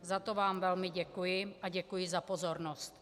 Za to vám velmi děkuji a děkuji za pozornost.